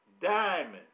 diamond